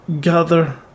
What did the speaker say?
gather